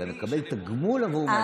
טרור אלא על קבלת תגמול בעבור מעשי הטרור.